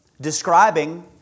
describing